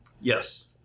Yes